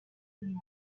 moments